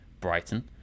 Brighton